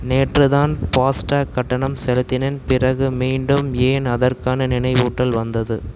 நேற்று தான் ஃபாஸ்டாக் கட்டணம் செலுத்தினேன் பிறகு மீண்டும் ஏன் அதற்கான நினைவூட்டல் வந்தது